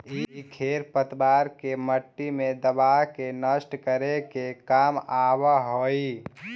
इ खेर पतवार के मट्टी मे दबा के नष्ट करे के काम आवऽ हई